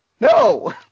No